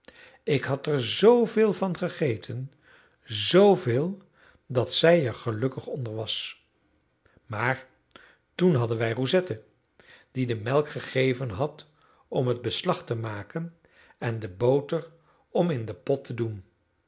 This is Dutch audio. ik had er zveel van gegeten zooveel dat zij er gelukkig onder was maar toen hadden wij roussette die de melk gegeven had om het beslag te maken en de boter om in den pot te doen